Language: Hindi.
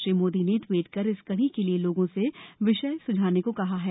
श्री मोदी ने ट्वीट कर इस कड़ी के लिए लोगों से विषय सुझाने को कहा है